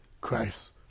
christ